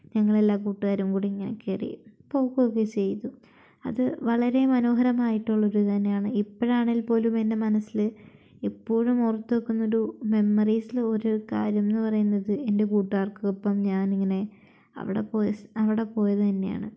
ഞങ്ങളെല്ലാ കൂട്ടുകാരുംകൂടി ഇങ്ങനെ കയറി പോകുകയൊക്കെ ചെയ്തു അതു വളരെ മനോഹരമായിട്ടുള്ളൊരു ഇതു തന്നെയാണ് എപ്പോഴാണെങ്കിൽപോലും എൻ്റെ മനസ്സിൽ ഇപ്പോഴും ഓർത്തു വയ്ക്കുന്നൊരു മെമ്മറീസിലൊരു കാര്യം എന്നു പറയുന്നത് എൻ്റെ കൂട്ടുകാർക്കൊപ്പം ഞാനിങ്ങനെ അവിടെ അവിടെ പോയതുതന്നെയാണ്